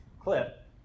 clip